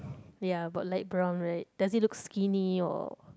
ya about light brown right does it look skinny or